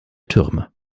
türme